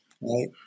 Right